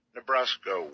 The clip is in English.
Nebraska